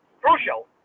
crucial